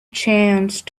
chance